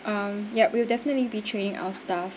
um ya we'll definitely be training our staff